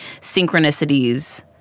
synchronicities